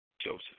Joseph